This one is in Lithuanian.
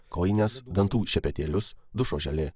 kojines dantų šepetėlius dušo želė